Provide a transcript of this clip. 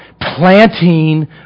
Planting